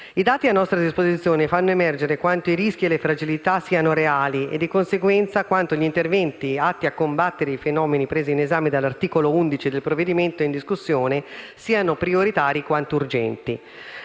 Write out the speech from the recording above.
I dati a nostra disposizione fanno emergere quanto i rischi e le fragilità siano reali e, di conseguenza, quanto gli interventi atti a combattere i fenomeni presi in esame dall'articolo 11 del provvedimento in discussione siano prioritari quanto urgenti.